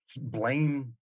blame